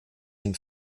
den